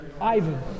Ivan